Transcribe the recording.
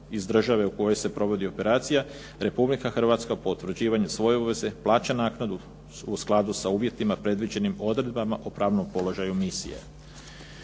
iz države iz koje se provodi operacija Republika Hrvatska po utvrđivanju svoje obaveze plaća naknadu u skladu sa uvjetima predviđenim odredbama o pravnom položaju misije.